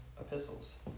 epistles